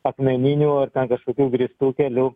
akmeninių ar ten kažkokių grįstų kelių